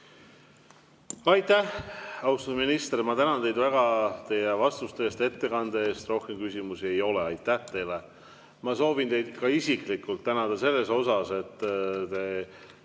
Aitäh, austatud minister! Ma tänan teid väga teie vastuste eest ja ettekande eest. Rohkem küsimusi ei ole. Aitäh teile! Ma soovin teid ka isiklikult tänada selle eest, et te